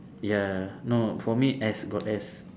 ya no for me S got S